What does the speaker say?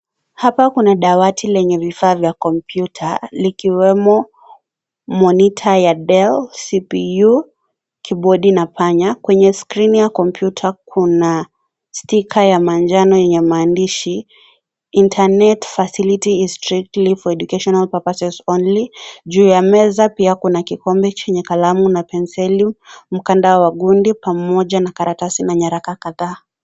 Hapa kuna dawati lenye vifaa vya kompyuta likiwemo monitor ya Dell, CPU, kibodi na panya. Kwenye skrini ya kompyuta kuna stika ya manjano yenye maandishi internet facility is strictly for education purposes only . Juu ya meza pia kuna kikombe chenye kalamu na penseli, mkanda wa wa gundi pamoja na karatasi na nyaraka kadhaa.